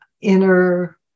inner